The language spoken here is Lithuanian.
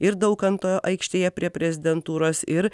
ir daukanto aikštėje prie prezidentūros ir